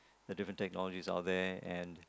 the different technologies out there and